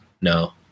no